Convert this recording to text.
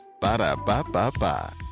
Ba-da-ba-ba-ba